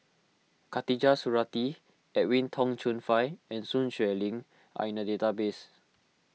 Khatijah Surattee Edwin Tong Chun Fai and Sun Xueling are in the database